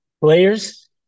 players